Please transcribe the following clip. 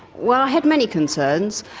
well, i had many concerns.